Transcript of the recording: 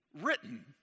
written